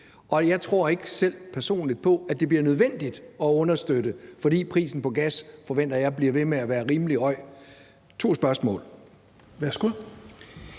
Og jeg tror ikke personligt på, at det bliver nødvendigt at understøtte det, for prisen på gas forventer jeg bliver ved med at være rimelig høj. Det var to spørgsmål. Kl.